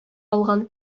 алган